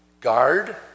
guard